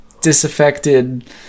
disaffected